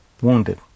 wounded